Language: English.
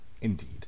Indeed